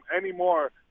anymore